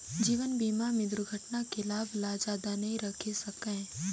जीवन बीमा में दुरघटना के लाभ ल जादा नई राखे सकाये